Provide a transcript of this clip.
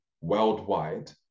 worldwide